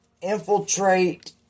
infiltrate